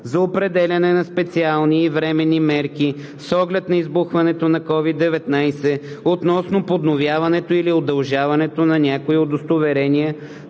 за определяне на специални и временни мерки с оглед на избухването на COVID-19 относно подновяването или удължаването на някои удостоверения,